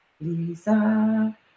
Lisa